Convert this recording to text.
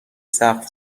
سقف